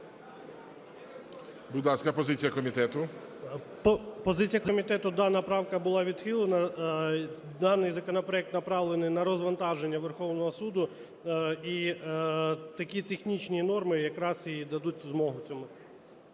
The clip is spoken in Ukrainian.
Будь ласка, позиція комітету. 11:46:47 ПАВЛІШ П.В. Позиція комітету: дана правка була відхилена, даний законопроект направлений на розвантаження Верховного Суду. І такі технічні норми якраз і дадуть змогу цьому.